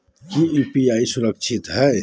की यू.पी.आई सुरक्षित है?